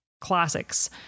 classics